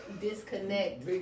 Disconnect